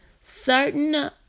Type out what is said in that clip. Certain